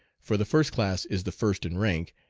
for the first class is the first in rank,